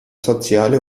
soziale